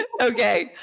Okay